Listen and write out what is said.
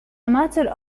matter